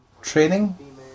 Training